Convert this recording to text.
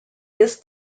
this